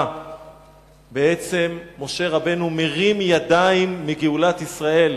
שבה בעצם משה רבנו מרים ידיים מגאולת ישראל,